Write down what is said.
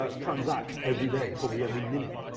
ah transacts every day, probably every minute.